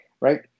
right